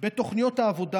בתוכניות העבודה,